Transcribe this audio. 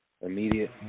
immediate